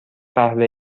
قهوه